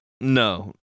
no